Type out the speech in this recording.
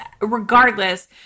regardless